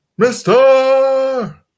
Mr